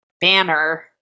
Banner